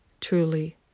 truly